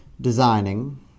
designing